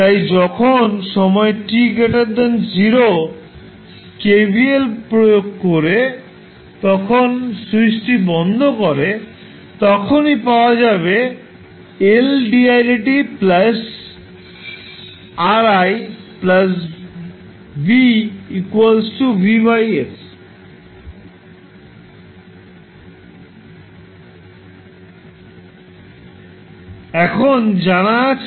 তাই যখন সময় t0 কেভিএল প্রয়োগ করে তখন স্যুইচটি বন্ধ করে তখনই পাওয়া যাবে L di Ri v V dt s এখন জানা আছে যে